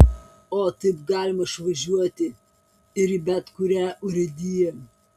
o taip galima išvažiuoti ir į bet kurią urėdiją